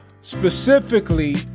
Specifically